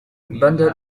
bundle